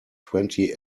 twenty